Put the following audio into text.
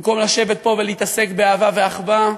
במקום לשבת פה ולהתעסק באהבה ואחווה,